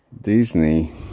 Disney